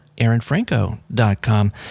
AaronFranco.com